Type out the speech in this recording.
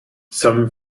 some